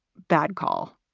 bad call.